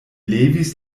levis